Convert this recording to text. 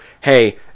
hey